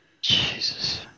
Jesus